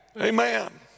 Amen